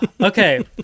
Okay